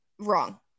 wrong